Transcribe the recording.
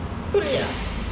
serious ah